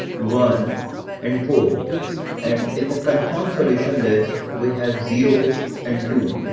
one and four and in the confirmed solution list, we have zero and two.